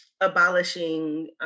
abolishing